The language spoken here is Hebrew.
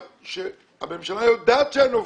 הממשלה יודעת שאין עובדים,